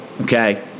okay